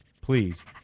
please